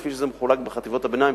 כפי שזה מחולק בחטיבות הביניים,